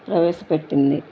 ప్రవేశపెట్టింది